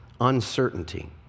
uncertainty